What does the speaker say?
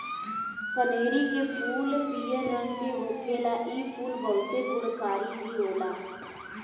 कनेरी के फूल पियर रंग के होखेला इ फूल बहुते गुणकारी भी होला